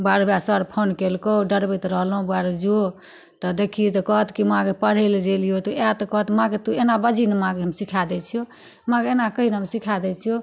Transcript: बौआ रौ बौआ सर फोन कयलकौ डरबैत रहलौ बौआ रौ जो तऽ देखही तऽ कहत की माँ गै पढ़ैला जे अयलियौ आयत तऽ कहत माँ गै तू एना बजही ने माँ गै हम सीखा दै छियौ माँ गै एना कही ने हम सिखा दै छियौ